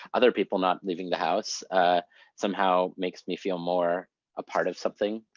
other people not leaving the house somehow makes me feel more a part of something